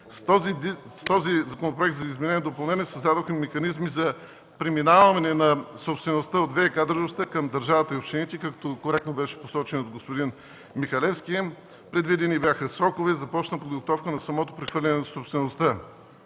С този Законопроект за изменение и допълнение създадохме механизми за преминаване на собствеността на ВиК дружествата към държавата и общините, както коректно беше посочено от господин Михалевски. Предвидени бяха срокове, започна подготовка за самото прехвърляне на собствеността.